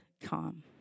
calm